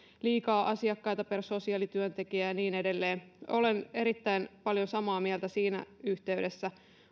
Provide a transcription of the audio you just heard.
liikaa asiakkaita per sosiaalityöntekijä ja niin edelleen olen erittäin paljon samaa mieltä siinä yhteydessä